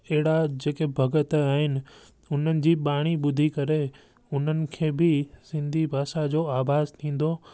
एड़ा जेके भगत आहिनि उन्हनि जी बाणी बुधी करे उन्हनि खे बि सिंधी भाषा जो आभास थींदो